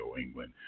England